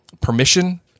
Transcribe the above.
permission